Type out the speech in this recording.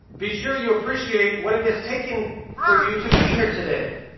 be sure you appreciate what it has taken for you to be here today,